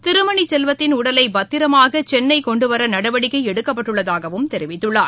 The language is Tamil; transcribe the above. திருமணி செல்வத்திள் உடலை பத்திரமாக சென்ளை கொண்டுவர நடவடிக்கை எடுக்கப்பட்டுள்ளதாகவும் தெரிவித்துள்ளார்